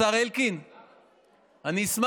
נגד